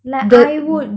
like I would